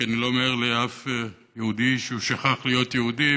כי אני לא מעיר לשום יהודי שהוא שכח להיות יהודי,